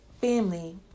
Family